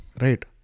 right